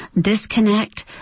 Disconnect